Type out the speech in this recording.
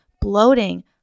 bloating